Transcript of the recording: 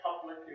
public